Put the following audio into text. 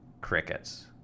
crickets